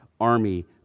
army